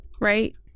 Right